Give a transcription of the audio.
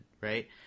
right